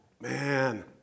Man